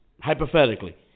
Hypothetically